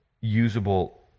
usable